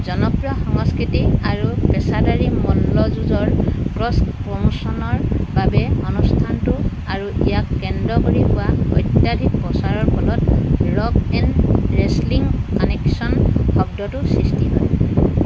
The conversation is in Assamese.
জনপ্ৰিয় সংস্কৃতি আৰু পেচাদাৰী মল্লযুঁজৰ ক্ৰছ প্ৰমোশ্যনৰ বাবে অনুষ্ঠানটো আৰু ইয়াক কেন্দ্ৰ কৰি হোৱা অত্যাধিক প্ৰচাৰৰ ফলত ৰক 'এন' ৰেছলিং কানেকশ্যন শব্দটোৰ সৃষ্টি হয়